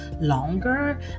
longer